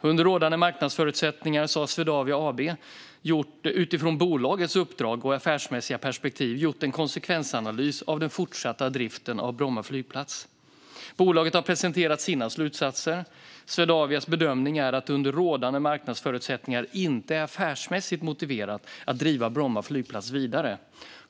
Under rådande marknadsförutsättningar har Swedavia AB utifrån bolagets uppdrag och affärsmässiga perspektiv gjort en konsekvensanalys av den fortsatta driften av Bromma flygplats. Bolaget har presenterat sina slutsatser. Swedavias bedömning är att det under rådande marknadsförutsättningar inte är affärsmässigt motiverat att driva Bromma flygplats vidare.